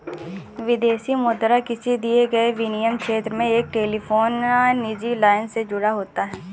विदेशी मुद्रा किसी दिए गए विनिमय क्षेत्र में एक टेलीफोन एक निजी लाइन से जुड़ा होता है